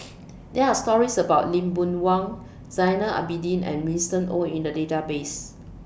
There Are stories about Lee Boon Wang Zainal Abidin and Winston Oh in The Database